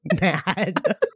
mad